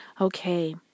Okay